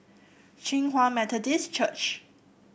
Hinghwa Methodist Church